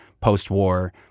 post-war